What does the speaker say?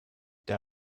der